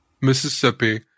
Mississippi